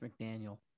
McDaniel